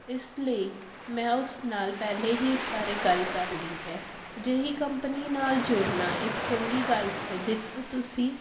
ਇਸ ਲਈ ਮੈਂ ਉਸ ਨਾਲ ਪਹਿਲਾਂ ਹੀ ਇਸ ਬਾਰੇ ਗੱਲ ਕਰ ਲਈ ਹੈ ਅਜਿਹੀ ਕੰਪਨੀ ਨਾਲ ਜੁੜਨਾ ਇੱਕ ਚੰਗੀ ਗੱਲ ਹੈ ਜਿੱਥੇ ਤੁਸੀਂ